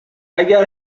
اگر